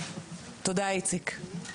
תודה, איציק.